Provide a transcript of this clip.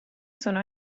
sono